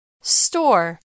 Store